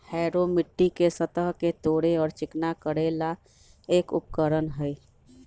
harrow मिट्टी के सतह के तोड़े और चिकना करे ला एक उपकरण हई